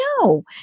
No